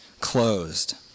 closed